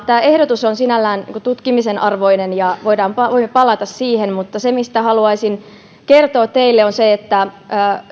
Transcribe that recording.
tämä ehdotus on sinällään tutkimisen arvoinen ja voidaan palata siihen mutta se mistä haluaisin kertoa teille on se että